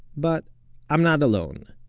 but i'm not alone.